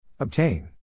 Obtain